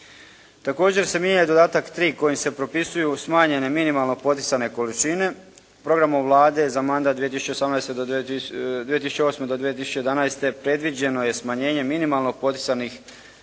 Također se mijenja dodatak 3 kojim se propisuju smanjene minimalno poticane količine programom Vlade za mandat od 2008. do 2011. predviđeno je smanjenje minimalno poticanih površina